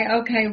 okay